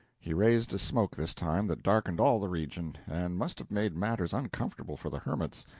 he raised a smoke this time that darkened all the region, and must have made matters uncomfortable for the hermits,